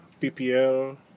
PPL